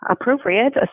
appropriate